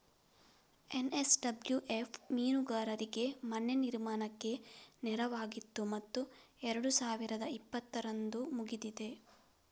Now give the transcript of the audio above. NSWF ಮೀನುಗಾರರಿಗೆ ಮನೆ ನಿರ್ಮಾಣಕ್ಕೆ ನೆರವಾಗಿತ್ತು ಮತ್ತು ಎರಡು ಸಾವಿರದ ಇಪ್ಪತ್ತರಂದು ಮುಗಿದಿದೆ